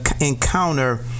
encounter